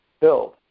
build